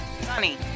Sunny